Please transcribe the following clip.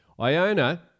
iona